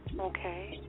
Okay